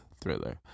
thriller